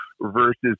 versus